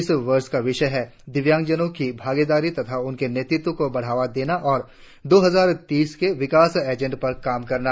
इस वर्ष का विषय है दिव्यांगजनों की भागीदारी तथा उनके नेतृत्व को बढ़ावा देना और दो हजार तीस के विकास एजेंड पर काम करना